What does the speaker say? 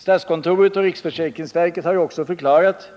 Statskontoret och riksförsäkringsverket har ju också förklarat